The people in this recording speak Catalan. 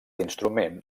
instrument